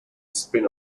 spin